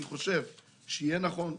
אני חושב שיהיה נכון,